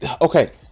okay